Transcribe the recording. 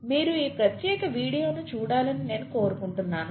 మీరు ఈ ప్రత్యేక వీడియోను చూడాలని నేను కోరుకుంటున్నాను